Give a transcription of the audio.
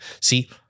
See